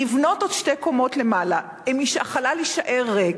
נבנות עוד שתי קומות למעלה, החלל יישאר ריק,